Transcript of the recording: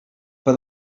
but